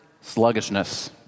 sluggishness